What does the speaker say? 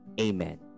Amen